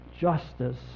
justice